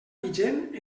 vigent